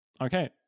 okay